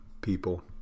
people